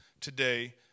today